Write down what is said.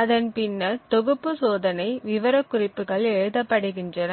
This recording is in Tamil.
அதன் பின்னர் தொகுப்பு சோதனை விவரக்குறிப்புகள் எழுதப்படுகின்றன